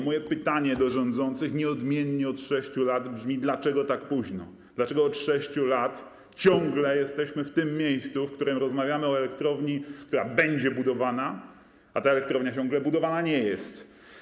Moje pytanie do rządzących nieodmiennie od 6 lat brzmi: Dlaczego tak późno, dlaczego od 6 lat ciągle jesteśmy w tym miejscu, w którym rozmawiamy o elektrowni, która będzie budowana, a ta elektrownia ciągle budowana nie jest?